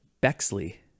Bexley